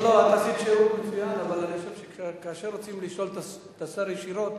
אני התבקשתי וקיבלתי אישור.